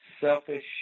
selfish